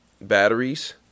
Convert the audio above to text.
batteries